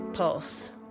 Pulse